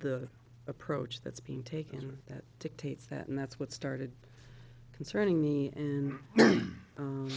the approach that's being taken that dictates that and that's what started concerning me